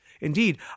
Indeed